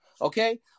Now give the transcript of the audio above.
okay